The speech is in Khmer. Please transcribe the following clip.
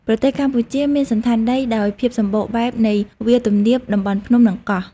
ប្រទេសកម្ពុជាមានសណ្ឋានដីដោយភាពសម្បូរបែបនៃវាលទំនាប តំបន់ភ្នំ និងកោះ។